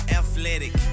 athletic